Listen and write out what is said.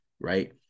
right